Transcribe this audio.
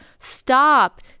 Stop